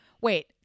Wait